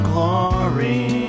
Glory